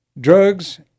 drugs